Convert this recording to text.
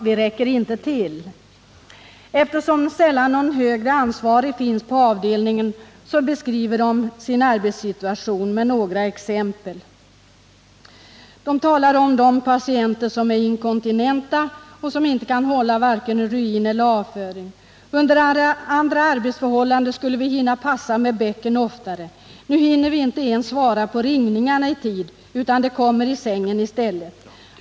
Vi räcker inte tilll” Någon högre ansvarig finns sällan på avdelningen, och de beskriver sin arbetssituation med några exempel. De talar om patienter som är inkontinenta och varken kan hålla urin eller avföring: ”Under andra arbetsförhållanden skulle vi hinna passa med bäcken oftare. Nu hinner vi inte ens svara på ringningarna i tid utan det kommer i sängen i stället.